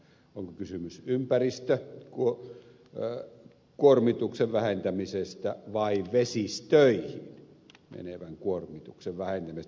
onko kysymys ympäristökuormituksen vähentämisestä vai vesistöihin menevän kuormituksen vähenemisestä